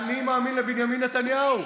אני מאמין לבנימין נתניהו.